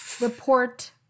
report